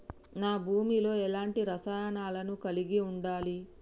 నా భూమి లో ఎలాంటి రసాయనాలను కలిగి ఉండాలి?